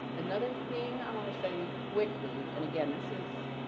another thing i want to show you quickly. and again, this is